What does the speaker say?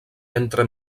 entre